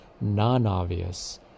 non-obvious